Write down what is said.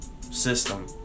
system